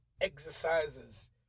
exercises